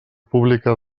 publica